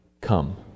Come